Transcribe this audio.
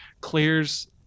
clears